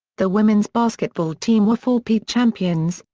the women's basketball team were four peat champions,